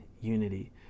unity